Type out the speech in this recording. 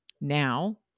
Now